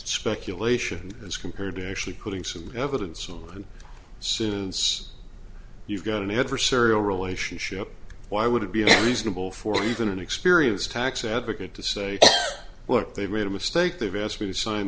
speculation as compared to actually putting some evidence on suits you've got an adversarial relationship why would it be reasonable for even an experienced tax advocate to say what they read a mistake they've asked me to sign